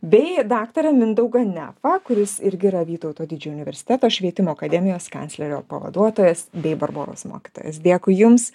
bei daktarą mindaugą nefą kuris irgi yra vytauto didžiojo universiteto švietimo akademijos kanclerio pavaduotojas bei barboros mokytojas dėkui jums